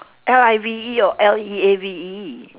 L I V E or L E A V E